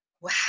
wow